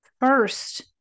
First